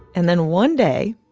and then one day,